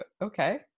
okay